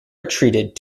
retreated